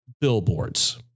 billboards